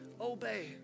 obey